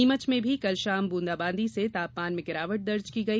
नीमच में भी कल शाम ब्रंदाबांदी से तापमान में गिरावट दर्ज की गई